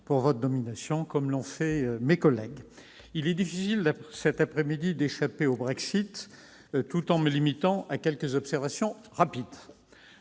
pour votre nomination, comme l'ont fait mes collègues. Il est difficile, cet après-midi, d'échapper au Brexit. Je me limiterai à quelques observations rapides.